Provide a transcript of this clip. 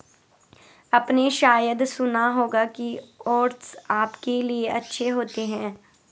आपने शायद सुना होगा कि ओट्स आपके लिए अच्छे होते हैं